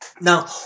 Now